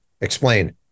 Explain